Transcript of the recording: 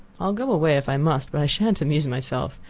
i'll go away if i must but i shan't amuse myself.